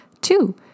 Two